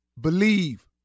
Believe